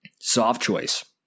Softchoice